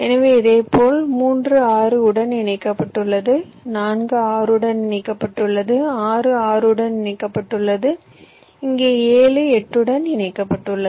எனவே இதேபோல் 3 6 உடன் இணைக்கப்பட்டுள்ளது 4 6 உடன் இணைக்கப்பட்டுள்ளது 6 6 உடன் இணைக்கப்பட்டுள்ளது இங்கே 7 8 உடன் இணைக்கப்பட்டுள்ளது